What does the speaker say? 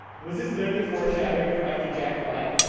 it was this literally foreshadowing for after jack black.